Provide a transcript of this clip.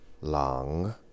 long